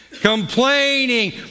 complaining